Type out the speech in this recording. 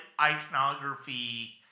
iconography